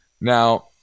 Now